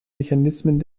mechanismen